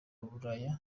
bulaya